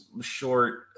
short